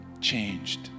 changed